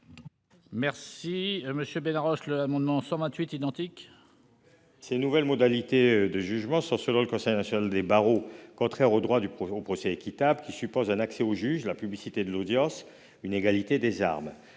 pour présenter l'amendement n° 128. Ces nouvelles modalités de jugement sont, selon le Conseil national des barreaux, contraires au droit au procès équitable, qui suppose un accès au juge, la publicité de l'audience, une égalité des armes.